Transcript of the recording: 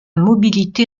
mobilité